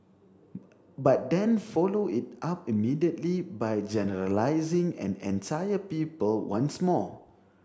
but then followed it up immediately by generalising an entire people once more